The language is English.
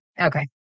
Okay